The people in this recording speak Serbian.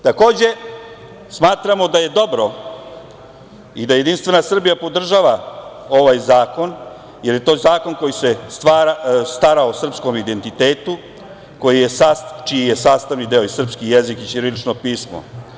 Takođe, smatramo da je dobro i da JS podržava ovaj zakon, jer je ovo zakon koji se stara o srpskom identitetu čiji je sastavni deo i srpski jezik i ćirilično pismo.